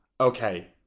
Okay